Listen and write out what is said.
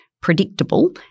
predictable